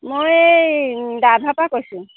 মই এই দাধৰাৰপৰা কৈছোঁ